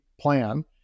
plan